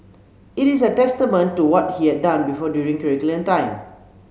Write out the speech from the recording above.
it is a testament to what he had done before during curriculum time